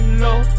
low